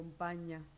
acompaña